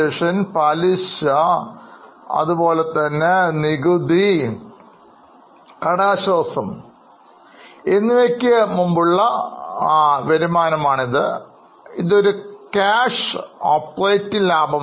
Depreciation പലിശ നികുതി കടാശ്വാസം എന്നിവയ്ക്ക് മുമ്പുള്ള വരുമാനം ആണിത് ഇതൊരു ക്യാഷ് ഓപ്പറേറ്റിങ് ലാഭമാണ്